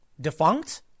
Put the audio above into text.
defunct